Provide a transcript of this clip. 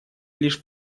лишь